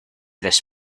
this